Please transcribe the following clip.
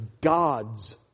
God's